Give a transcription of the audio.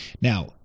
Now